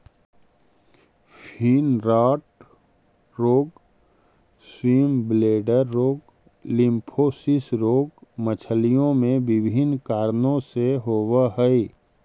fin rot रोग, swim bladder रोग, lymphocystis रोग मछलियों में विभिन्न कारणों से होवअ हई